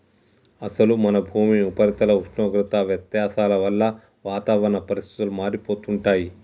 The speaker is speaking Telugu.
అసలు మన భూమి ఉపరితల ఉష్ణోగ్రత వ్యత్యాసాల వల్ల వాతావరణ పరిస్థితులు మారిపోతుంటాయి